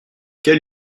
quel